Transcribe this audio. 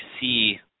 see –